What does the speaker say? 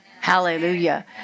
Hallelujah